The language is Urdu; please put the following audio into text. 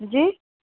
جی